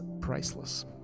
priceless